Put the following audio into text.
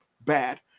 bad